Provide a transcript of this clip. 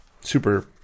super